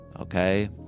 okay